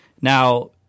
Now